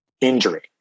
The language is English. injury